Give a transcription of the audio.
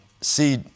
see